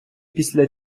після